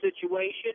situation